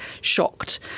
shocked